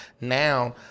Now